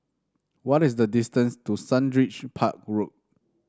what is the distance to Sundridge Park Road